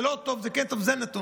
זה לא טוב, זה כן טוב, זה נתון.